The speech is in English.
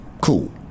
cool